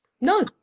no